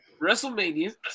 WrestleMania